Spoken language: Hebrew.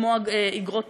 כמו אגרות